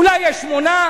אולי יש שמונה?